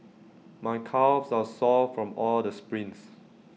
my calves are sore from all the sprints